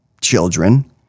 children